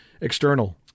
external –